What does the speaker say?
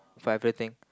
for everything